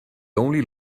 only